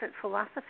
philosophy